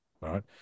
right